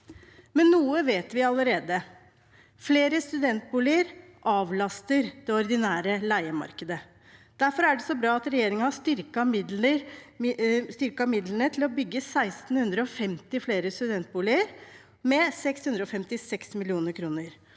vi noe allerede. Flere studentboliger avlaster det ordinære leiemarkedet. Derfor er det så bra at regjeringen har styrket midlene til å bygge 1 650 flere studentboliger med 656 mill. kr.